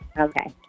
Okay